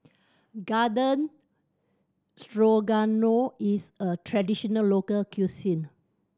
Garden Strogano is a traditional local cuisine